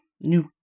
new